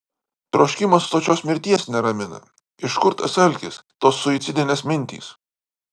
troškimas sočios mirties neramina iš kur tas alkis tos suicidinės mintys